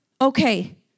okay